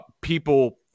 people